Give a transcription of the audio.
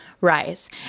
Rise